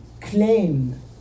claim